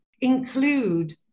include